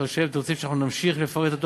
תרצו שנמשיך לפרט את התוכניות?